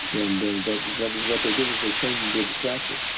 and and but what what they did is they trained him to be a distractor.